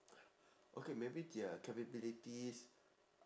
okay maybe their capabilities